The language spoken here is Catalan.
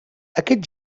aquest